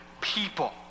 people